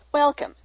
Welcome